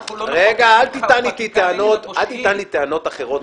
אל תטען לי טענות אחרות.